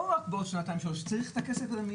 הרי לא משרת רק את מי שהשקפתו כהשקפתך,